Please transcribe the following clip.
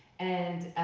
and